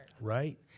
Right